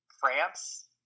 France